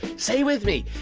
say with me.